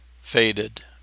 faded